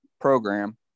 program